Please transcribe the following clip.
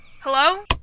Hello